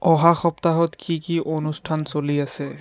অহা সপ্তাহত কি কি অনুষ্ঠান চলি আছে